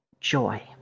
joy